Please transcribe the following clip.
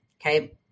Okay